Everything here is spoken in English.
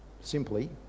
simply